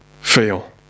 fail